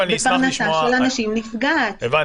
לך, האדם